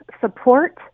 support